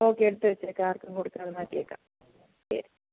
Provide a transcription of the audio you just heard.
okay എടുത്തുവെച്ചേക്കാം ആർക്കും കൊടുക്കാതെ മാറ്റിവെക്കാം ശരി